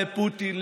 לפוטין,